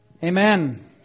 Amen